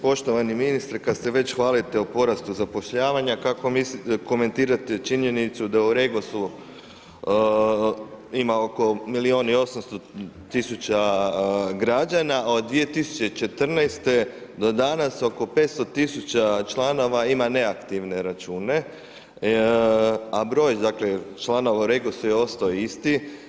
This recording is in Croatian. Poštovani ministre kad se već hvalite o porastu zapošljavanja, kako komentirate činjenicu da u Regosu ima oko milijun i 800 000 građana, od 2014. do danas oko 500 000 članova ima neaktivne račune, a broj dakle članova u Regosu je ostao isti?